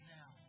now